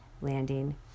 landing